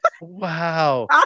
Wow